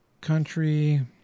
Country